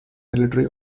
military